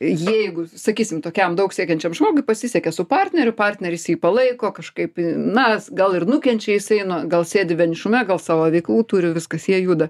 jeigu sakysim tokiam daug siekiančiam žmogui pasisekė su partneriu partneris jį palaiko kažkaip na gal ir nukenčia jisai nu gal sėdi vienišume gal savo veiklų turi viskas jie juda